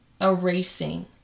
erasing